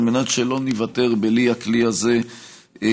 על מנת שלא ניוותר בלי הכלי הזה לחלוטין.